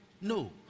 no